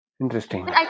Interesting